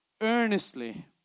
earnestly